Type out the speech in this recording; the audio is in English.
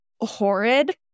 horrid